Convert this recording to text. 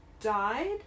died